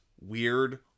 weird